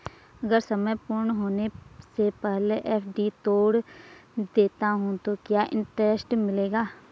अगर समय पूर्ण होने से पहले एफ.डी तोड़ देता हूँ तो क्या इंट्रेस्ट मिलेगा?